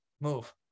move